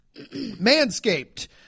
Manscaped